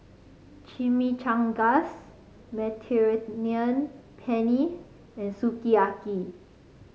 Chimichangas Mediterranean Penne and Sukiyaki